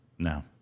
no